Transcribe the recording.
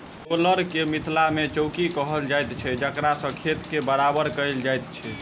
roller के मिथिला मे चौकी कहल जाइत छै जकरासँ खेत के बराबर कयल जाइत छै